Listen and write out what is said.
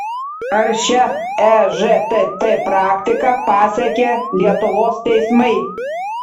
ar šia ežtt praktika pasekė lietuvos teismai